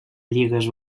lligues